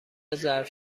ظرف